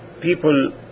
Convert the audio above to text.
people